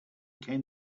came